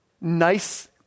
nice